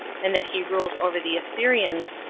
and that he ruled over the assyrians,